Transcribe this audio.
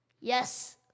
Yes